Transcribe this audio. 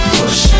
push